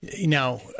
now